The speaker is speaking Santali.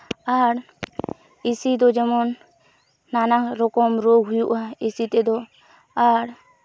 ᱟᱨ ᱮᱥᱤ ᱫᱚ ᱡᱮᱢᱚᱱ ᱱᱟᱱᱟ ᱨᱚᱠᱚᱢ ᱨᱳᱜᱽ ᱦᱩᱭᱩᱜᱼᱟ ᱮᱥᱤ ᱛᱮᱫᱚ ᱟᱨ